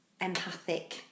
empathic